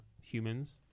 humans